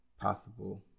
possible